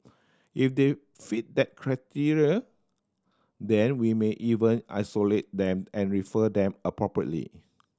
if they fit that criteria then we may even isolate them and refer them appropriately